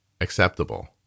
acceptable